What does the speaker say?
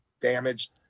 damaged